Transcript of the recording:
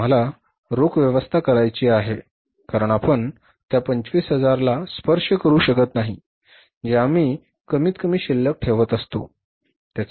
आम्हाला रोख व्यवस्था करायची आहे कारण आपण त्या 25000 ला स्पर्श करू शकत नाही जे आम्ही कमीतकमी शिल्लक ठेवत असतो